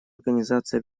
организации